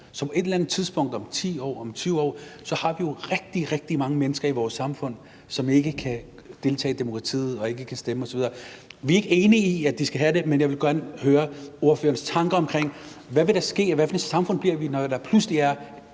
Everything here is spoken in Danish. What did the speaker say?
på et eller andet tidspunkt om 10 eller 20 år rigtig, rigtig mange mennesker i vores samfund, som ikke kan deltage i demokratiet og ikke kan stemme osv. Vi er ikke enige om, at de skal have det, men jeg vil gerne høre ordførerens tanker om, hvad der vil ske, og hvad for et samfund vi bliver, når der pludselig er